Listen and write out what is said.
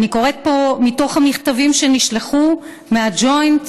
אני קוראת פה מתוך המכתבים שנשלחו מהג'וינט